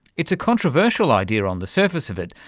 it's a controversial idea on the surface of it,